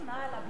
על הבלו,